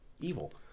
evil